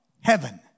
heaven